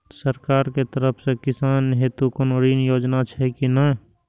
सरकार के तरफ से किसान हेतू कोना ऋण योजना छै कि नहिं?